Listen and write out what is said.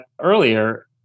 earlier